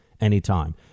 anytime